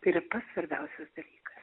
tai yra pats svarbiausias dalykas